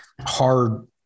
hard